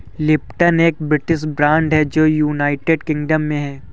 Lipton एक British brand है जो यूनाइटेड किंगडम में है